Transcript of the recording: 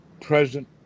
present